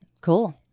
cool